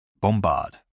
Bombard